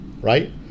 Right